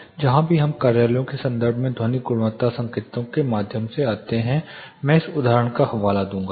जहां भी हम कार्यालयों के संदर्भ में ध्वनिक गुणवत्ता संकेतकों के माध्यम से आते हैं मैं इस उदाहरण का हवाला दूंगा